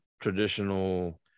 traditional